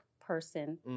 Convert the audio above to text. person